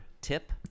tip